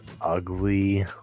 ugly